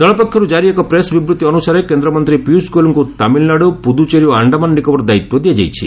ଦଳପକ୍ଷରୁ ଜାରି ଏକ ପ୍ରେସ୍ ବିବୃଭି ଅନୁସାରେ କେନ୍ଦ୍ରମନ୍ତ୍ରୀ ପିୟୁଷ ଗୋୟଲ୍ଙ୍କୁ ତାମିଲ୍ନାଡୁ ପୁଦୁଚେରୀ ଓ ଆଶ୍ଡାମାନ ନିକୋବର ଦାୟିତ୍ୱ ଦିଆଯାଇଛି